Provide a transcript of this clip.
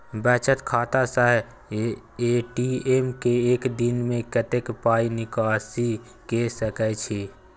बचत खाता स ए.टी.एम से एक दिन में कत्ते पाई निकासी के सके छि?